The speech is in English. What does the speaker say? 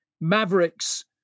mavericks